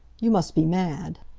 you must be mad!